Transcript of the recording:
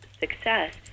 success